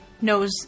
knows